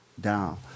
down